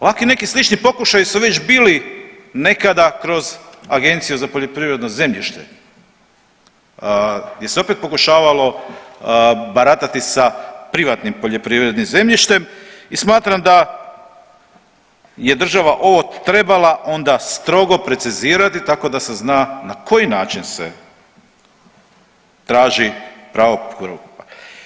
Ovakvi neki slični pokušaji su već bili nekada kroz Agenciju za poljoprivredno zemljište gdje se opet pokušavalo baratati sa privatnim poljoprivrednim zemljištem i smatram da je država ovo trebala onda strogo precizirati tako da se zna na koji način se traži pravo prvokupa.